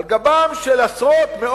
על גבם של עשרות אלפים,